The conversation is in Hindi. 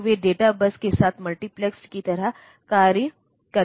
तो वे डेटा बस के साथ मल्टीप्लेसेड की तरह कार्य करते हैं